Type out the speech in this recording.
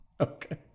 Okay